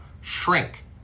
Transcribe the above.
shrink